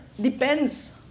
depends